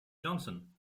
johnson